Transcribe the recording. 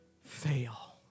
fail